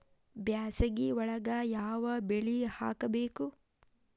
ಬ್ಯಾಸಗಿ ಒಳಗ ಯಾವ ಬೆಳಿ ಹಾಕಬೇಕು?